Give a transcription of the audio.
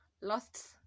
lost